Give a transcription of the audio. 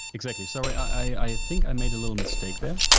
exactly. sorry. i think i made a little mistake there,